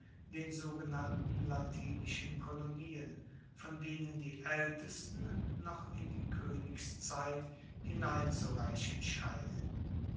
den sogenannten latinischen kolonien von denen die aeltesten noch in die koenigszeit hineinzureichen scheinen